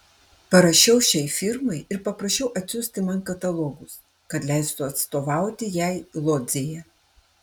parašiau šiai firmai ir paprašiau atsiųsti man katalogus kad leistų atstovauti jai lodzėje